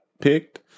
picked